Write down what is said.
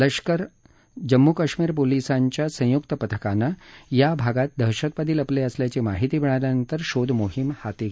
लष्कर जम्मू कश्मीर पोलीसांच्या संयुक्त पथकानं या भागात दहशतवादी लपले असल्याची माहिती मिळाल्यानंतर शोध मोहीम हाती घेतली होती